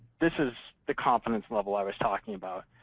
this is the confidence level i was talking about.